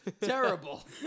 terrible